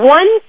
one